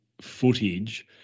footage